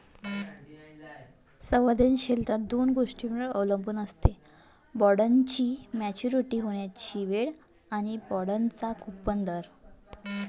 संवेदनशीलता दोन गोष्टींवर अवलंबून असते, बॉण्डची मॅच्युरिटी होण्याची वेळ आणि बाँडचा कूपन दर